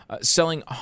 Selling